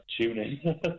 tuning